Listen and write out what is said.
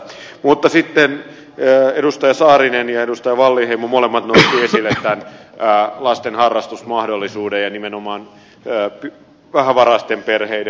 mutta sitten edustaja saarinen ja edustaja wallinheimo molemmat nostivat esille tämän lasten harrastusmahdollisuuden ja nimenomaan vähävaraisten perheiden